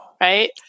right